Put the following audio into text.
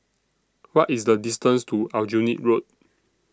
What IS The distance to Aljunied Road